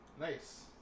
Nice